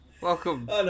Welcome